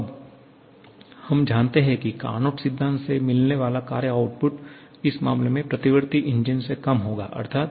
अब हम यह जानते हैं कि कार्नोट सिद्धांत से मिलने वाला कार्य आउटपुट इस मामले में प्रतिवर्ती इंजन से कम होगा अर्थात